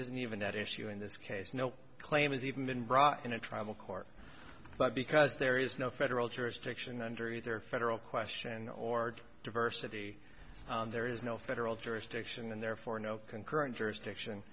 isn't even at issue in this case no claim is even been brought in a tribal court but because there is no federal jurisdiction under either federal question or diversity there is no federal jurisdiction and therefore no concurrent jurisdiction